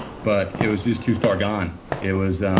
but it was just too far gone. it was,